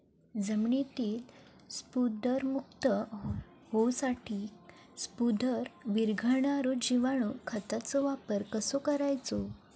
जमिनीतील स्फुदरमुक्त होऊसाठीक स्फुदर वीरघळनारो जिवाणू खताचो वापर कसो करायचो?